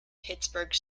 pittsburgh